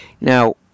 Now